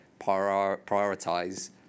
prioritize